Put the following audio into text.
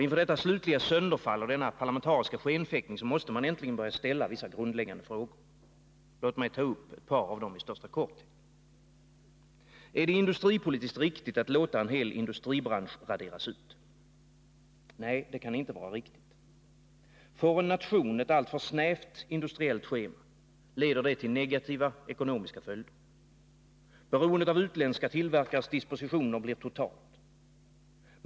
Inför detta slutliga sönderfall och denna parlamentariska skenfäktning måste man äntligen börja ställa vissa grundläggande frågor. Låt mig ta upp ett par av dem i största korthet. Är det industripolitiskt riktigt att låta en hel industribransch raderas ut? Nej, det kan inte vara riktigt. Får en nation ett alltför snävt industriellt schema, leder det till negativa ekonomiska följder. Beroendet av utländska tillverkares dispositioner blir totalt.